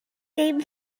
dim